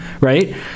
right